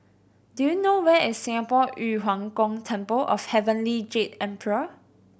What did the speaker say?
do you know where is Singapore Yu Huang Gong Temple of Heavenly Jade Emperor